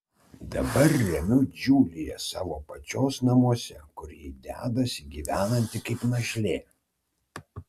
dabar remiu džiuliją savo pačios namuose kur ji dedasi gyvenanti kaip našlė